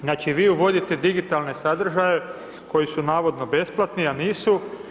Znači vi uvodite digitalne sadržaje koji su navodno besplatni, a nisu.